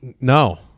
No